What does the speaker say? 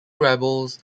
rebels